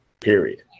period